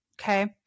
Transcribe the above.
Okay